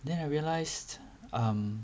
then I realized um